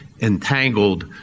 entangled